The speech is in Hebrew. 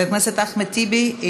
חבר הכנסת אחמד טיבי,